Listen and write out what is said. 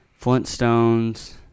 Flintstones